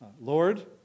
Lord